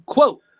Quote